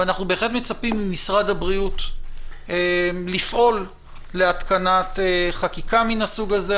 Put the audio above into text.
ואנחנו בהחלט מצפים ממשרד הבריאות לפעול להתקנת חקיקה מן הסוג הזה.